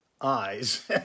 eyes